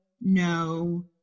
no